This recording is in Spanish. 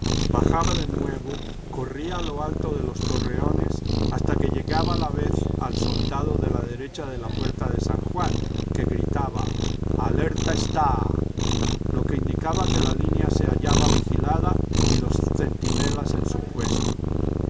bajaba de nuevo corría a lo alto de los torreones hasta que llegaba la vez al soldado de la derecha de la puerta de san juan que gritaba alerta está lo que indicaba que la línea se hallaba vigilada y los centinelas en su puesto